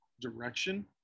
direction